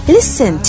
Listen